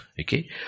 Okay